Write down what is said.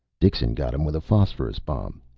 dixon got him with a phosphorus bomb,